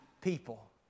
people